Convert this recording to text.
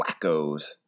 wackos